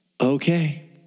okay